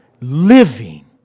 living